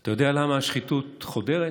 "אתה יודע למה השחיתות חודרת?